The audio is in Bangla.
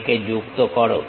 একে যুক্ত করো